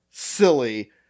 silly